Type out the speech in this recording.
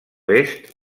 est